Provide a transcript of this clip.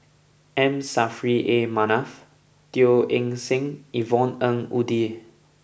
M Saffri A Manaf Teo Eng Seng Yvonne Ng Uhde